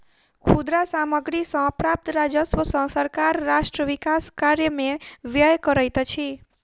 खुदरा सामग्री सॅ प्राप्त राजस्व सॅ सरकार राष्ट्र विकास कार्य में व्यय करैत अछि